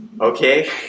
Okay